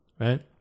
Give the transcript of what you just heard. Right